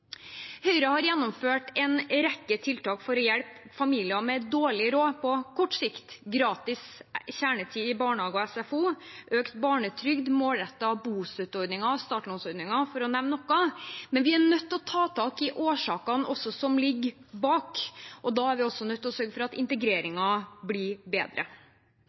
Høyre har gjennomført en rekke tiltak for å hjelpe familier med dårlig råd på kort sikt: gratis kjernetid i barnehage og SFO, økt barnetrygd, målrettet bostøtteordningen og startlånsordningen, for å nevne noe. Men vi er nødt til å ta tak i årsakene som ligger bak, og da er vi også nødt til å sørge for at integreringen blir bedre.